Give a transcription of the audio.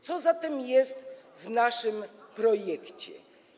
Co zatem jest w naszym projekcie?